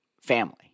family